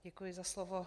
Děkuji za slovo.